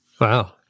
Wow